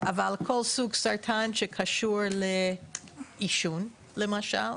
אבל כל סוג סרטן שקשור לעישון למשל,